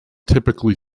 typically